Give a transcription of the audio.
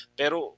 pero